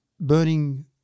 burning